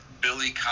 Billy